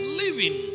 living